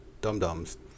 dum-dums